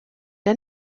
der